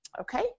Okay